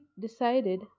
decided